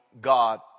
God